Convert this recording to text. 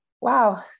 wow